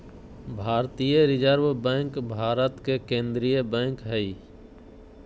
भारतीय reserve bank Bharat के केन्द्रीय बैंक हइ